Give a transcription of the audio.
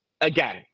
again